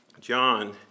John